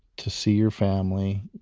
to see your family,